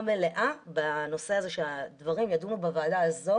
מלאה בנושא הזה שהדברים יידונו בוועדה הזאת